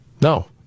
No